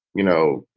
you know,